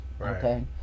okay